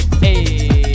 Hey